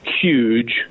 huge